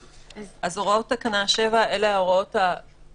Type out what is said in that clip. הוראות תקנה 7 אלה הכלליות,